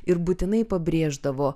ir būtinai pabrėždavo